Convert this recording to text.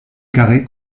carrée